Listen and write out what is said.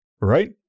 right